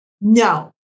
No